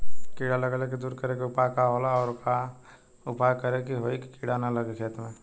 कीड़ा लगले के दूर करे के उपाय का होला और और का उपाय करें कि होयी की कीड़ा न लगे खेत मे?